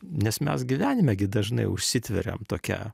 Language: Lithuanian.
nes mes gyvenime gi dažnai užsitveriam tokia